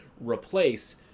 replace